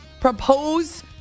propose